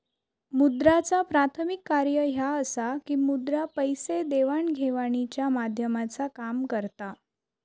मुद्राचा प्राथमिक कार्य ह्या असा की मुद्रा पैसे देवाण घेवाणीच्या माध्यमाचा काम करता